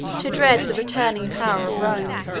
to dread the returning power of rome,